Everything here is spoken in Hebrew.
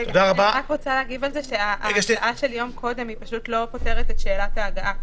אני רק רוצה להגיב לזה שההצעה של יום קודם לא פותרת את שאלת ההגעה.